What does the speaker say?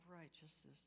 righteousness